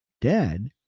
dead